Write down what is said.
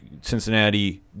Cincinnati